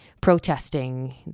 protesting